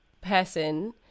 person